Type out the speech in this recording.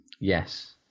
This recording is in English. yes